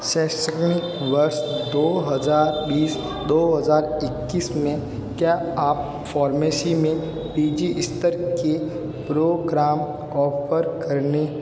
शैक्षणिक वर्ष दो हज़ार बीस दो हज़ार इक्कीस में क्या आप फॉर्मेसी में पी जी स्तर की प्रोग्राम ऑफर करने